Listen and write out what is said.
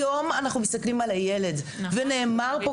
היום אנחנו מסתכלים על הילד ונאמר פה